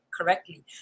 correctly